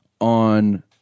on